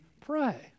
pray